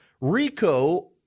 RICO